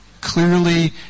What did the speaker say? clearly